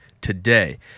today